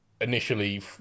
initially